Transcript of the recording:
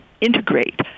integrate